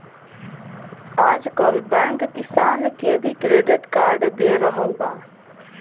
आजकल बैंक किसान के भी क्रेडिट कार्ड दे रहल बा